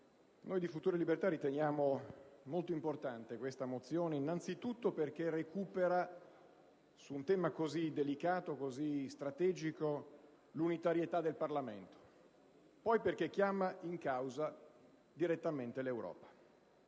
noi di Futuro e Libertà riteniamo molto importante quest'ordine del giorno, innanzitutto perché recupera su un tema così delicato e strategico l'unitarietà del Parlamento e poi perché chiama in causa direttamente l'Europa.